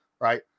right